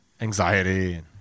Anxiety